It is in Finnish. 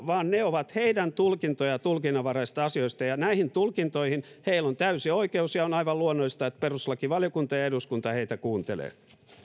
vaan ne ovat heidän tulkintojaan tulkinnanvaraisista asioista ja näihin tulkintoihin heillä on täysi oikeus ja on aivan luonnollista että perustuslakivaliokunta ja eduskunta heitä kuuntelevat